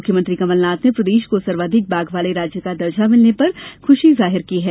मुख्यमंत्री कमलनाथ ने प्रदेश को सर्वाधिक बाघ वाले राज्य का दर्जा मिलने पर खूशी जाहिर की है